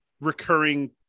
recurring